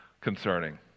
concerning